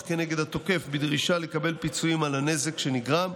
כנגד התוקף בדרישה לקבל פיצויים על הנזק שנגרם.